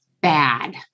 bad